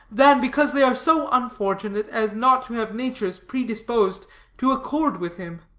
than because they are so unfortunate as not to have natures predisposed to accord with him.